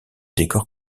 décor